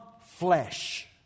flesh